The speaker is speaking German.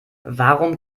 warum